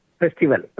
festival